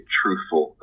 truthful